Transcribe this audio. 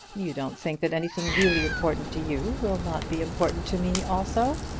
you don't think that anything really important to you will not be important to me also?